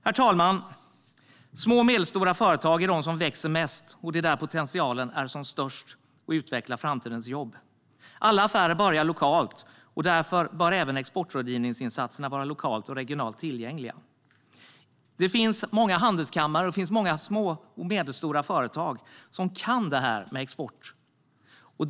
Herr talman! Små och medelstora företag är de som växer mest, och det är där som potentialen är som störst för att utveckla framtidens jobb. Alla affärer börjar lokalt och därför bör även exportrådgivningsinsatserna vara lokalt och regionalt tillgängliga. Det finns många handelskammare och små och medelstora företag som kan detta med export.